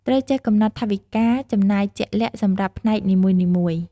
ត្រូវចេះកំណត់ថវិកាចំណាយជាក់លាក់សម្រាប់ផ្នែកនីមួយៗ។